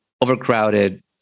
overcrowded